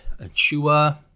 Achua